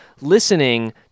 listening